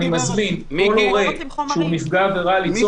אני מזמין כל הורה שהוא נפגע עבירה ליצור